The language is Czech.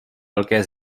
velké